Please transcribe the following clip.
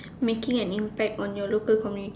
making an impact on your local community